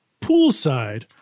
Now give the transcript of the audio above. poolside